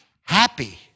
happy